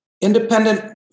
Independent